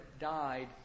died